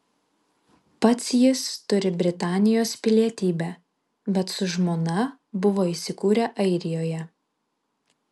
pats jis turi britanijos pilietybę bet su žmona buvo įsikūrę airijoje